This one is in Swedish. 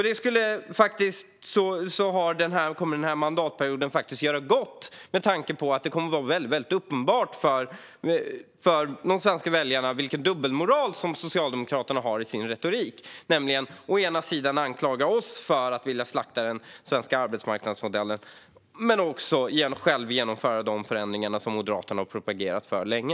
Den här mandatperioden kommer faktiskt att göra gott; det kommer att bli väldigt uppenbart för de svenska väljarna vilken dubbelmoral Socialdemokraterna har i sin retorik. De anklagar oss för att vilja slakta den svenska arbetsmarknadsmodellen, men nu vill de själva genomföra de förändringar som Moderaterna har propagerat för länge.